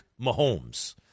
Mahomes